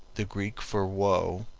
the greek for woe.